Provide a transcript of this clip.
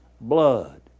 blood